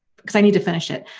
because i need to finish it.